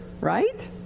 right